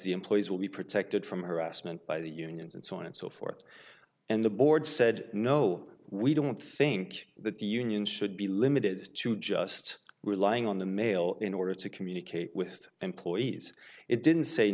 the employees will be protected from harassment by the unions and so on and so forth and the board said no we don't think that the union should be limited to just relying on the mail in order to communicate with employees it didn't say